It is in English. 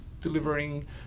delivering